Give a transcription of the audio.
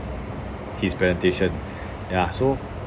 his presentation ya so